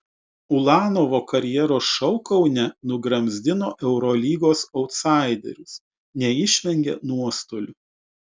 ulanovo karjeros šou kaune nugramzdino eurolygos autsaiderius neišvengė nuostolių